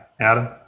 Adam